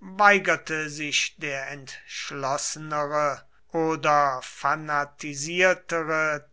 weigerte sich der entschlossenere oder fanatisiertere